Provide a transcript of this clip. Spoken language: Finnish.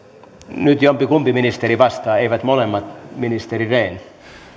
nyt jompikumpi ministeri vastaa eivät molemmat ministeri rehn